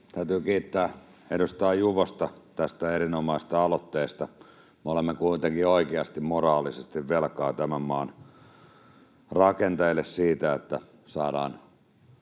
Täytyy kiittää edustaja Juvosta tästä erinomaisesta aloitteesta. Me olemme kuitenkin oikeasti moraalisesti velkaa tämän maan rakentajille sen, että saadaan